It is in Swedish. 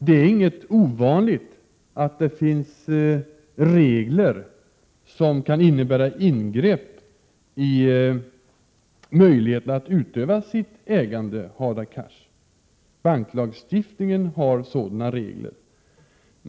Det är inget ovanligt, Hadar Cars, att det finns regler som kan innebära ingrepp i möjligheten att utöva ägande. Banklagstiftningen innehåller sådana regler.